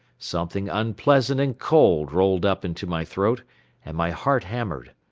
something unpleasant and cold rolled up into my throat and my heart hammered.